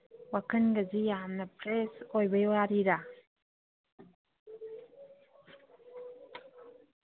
ꯋꯥꯈꯟꯒꯁꯤ ꯌꯥꯝꯅ ꯐ꯭ꯔꯦꯁ ꯑꯣꯏꯕꯒꯤ ꯋꯥꯔꯤꯔꯥ